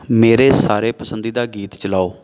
ਮੇਰੇ ਸਾਰੇ ਪਸੰਦੀਦਾ ਗੀਤ ਚਲਾਓ